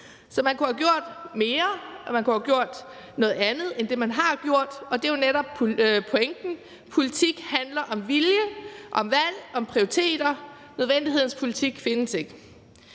Så man kunne have gjort mere, og man kunne have gjort noget andet end det, man har gjort, og det er netop pointen. Politik handler om vilje, om valg, om prioriteter; nødvendighedens politik findes ikke.